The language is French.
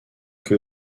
que